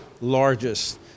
largest